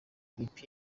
clip